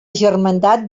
germandat